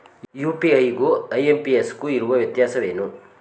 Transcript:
UPI ಗು IMPS ಗು ಇರುವ ವ್ಯತ್ಯಾಸವೇನು?